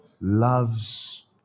loves